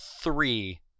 three